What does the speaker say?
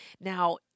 Now